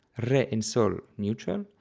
re and sol neutral,